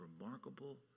remarkable